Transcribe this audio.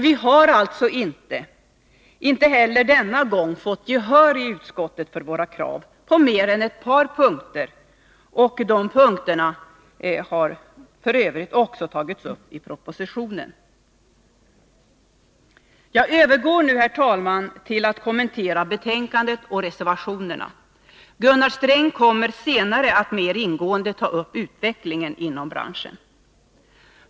Vi har alltså inte heller denna gång fått gehör i utskottet för våra krav på mer än ett par punkter, vilka f. ö. också tagits upp i propositionen. Jag övergår nu, herr talman, till att kommentera betänkandet och reservationerna. Gunnar Sträng kommer senare att mera ingående ta upp utvecklingen inom branschen.